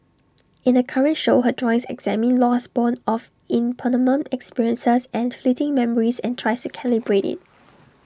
in the current show her drawings examine loss borne of impermanent experiences and fleeting memories and tries calibrate IT